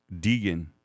Deegan